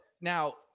now